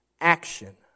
action